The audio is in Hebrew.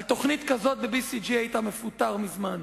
על תוכנית כזאת ב-BCG היית מפוטר מזמן.